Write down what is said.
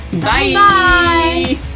Bye